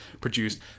produced